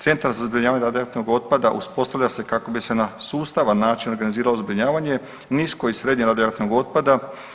Centar za zbrinjavanje radioaktivnog otpada uspostavlja se kako bi se na sustavan način organiziralo zbrinjavanje nisko i srednje radioaktivnog otpada.